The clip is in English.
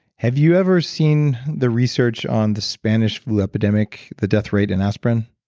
have you ever seen the research on the spanish flu epidemic, the death rate in aspirin?